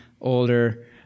older